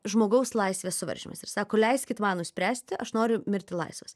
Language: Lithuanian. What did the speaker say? žmogaus laisvės suvaržymas ir sako leiskit man nuspręsti aš noriu mirti laisvas